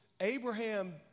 Abraham